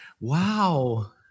Wow